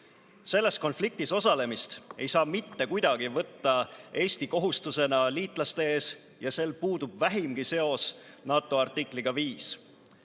Selles konfliktis osalemist ei saa mitte kuidagi võtta Eesti kohustusena liitlaste ees ja sel puudub vähimgi seos NATO artikliga 5.